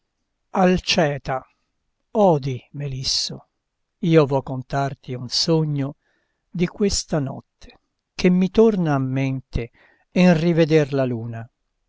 tempo manca odi melisso io vo contarti un sogno di questa notte che mi torna a mente in riveder la luna